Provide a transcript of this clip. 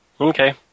Okay